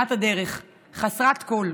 בפינת הדרך חסרת כול.